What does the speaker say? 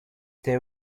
they